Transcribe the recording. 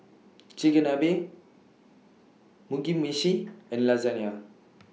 Chigenabe Mugi Meshi and Lasagna